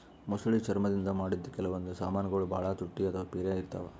ಮೊಸಳಿ ಚರ್ಮ್ ದಿಂದ್ ಮಾಡಿದ್ದ್ ಕೆಲವೊಂದ್ ಸಮಾನ್ಗೊಳ್ ಭಾಳ್ ತುಟ್ಟಿ ಅಥವಾ ಪಿರೆ ಇರ್ತವ್